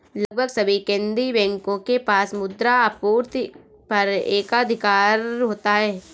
लगभग सभी केंदीय बैंकों के पास मुद्रा आपूर्ति पर एकाधिकार होता है